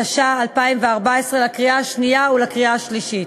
התשע"ה 2014, לקריאה שנייה ולקריאה שלישית.